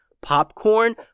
popcorn